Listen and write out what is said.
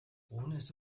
үүнээс